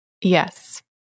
Yes